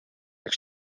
üks